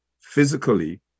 physically